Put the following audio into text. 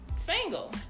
single